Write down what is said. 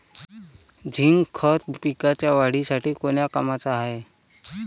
Zinc खत पिकाच्या वाढीसाठी कोन्या कामाचं हाये?